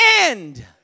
end